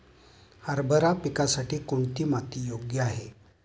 हरभरा पिकासाठी कोणती माती योग्य आहे?